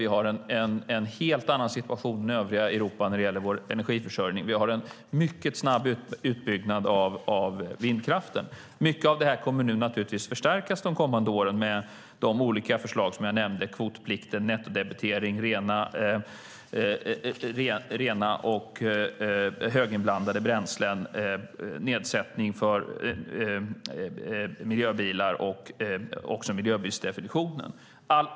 Vi har en helt annan situation än övriga Europa när det gäller energiförsörjning. Vi har en mycket snabb utbyggnad av vindkraften. Mycket av detta kommer naturligtvis att förstärkas under de kommande åren genom de olika förslag jag nämnde - kvotplikten, nettodebitering, rena och höginblandade bränslen, nedsättning för miljöbilar och miljöbilsdefinitionen.